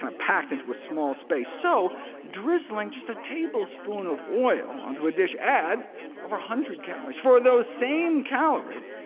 and packed into a small space, so drizzling just a tablespoon of oil onto a dish adds over a hundred calories. for those same calories,